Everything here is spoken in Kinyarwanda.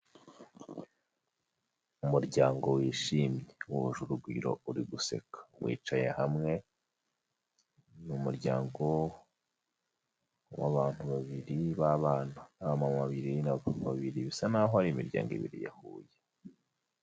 Umuryango wishimye wuje urugwiro, uri guseka wicaye hamwe ni umuryango w'abantu babiri b'abana, abamama babiri n'abapapa babiri bisa naho ari imiryango ibiri yahuye.